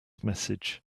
message